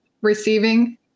receiving